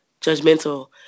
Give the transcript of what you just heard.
judgmental